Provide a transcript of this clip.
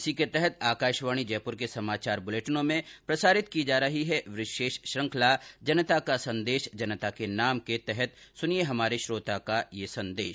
इसी के तहत आकाशवाणी जयपुर के समाचार बुलेटिनों में प्रसारित की जा रही विशेष श्रृखंला जनता का संदेश जनता के नाम के तहत सुनिये हमारे श्रोता का संदेश